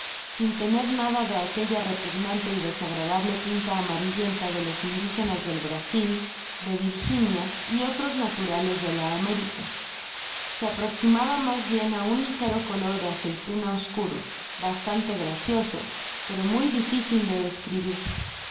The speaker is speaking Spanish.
sin tener nada de aqujella repugnante y desagradable tinta amarillenta de los indigenas del brasil de virginia y otros natura les de la américa se aproximaba mas bien á un ligero cp pr de actuua psqurp hasjaute grafitoso pero jjauytjdi ficil describir